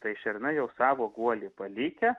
tai šernai jau savo guolį palikę